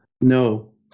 No